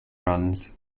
runs